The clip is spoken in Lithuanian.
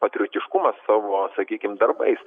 patriotiškumą savo sakykim darbais